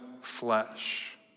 flesh